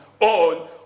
on